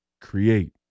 create